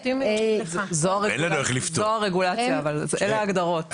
זו הרגולציה אבל, אלו ההגדרות במערכת.